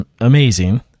amazing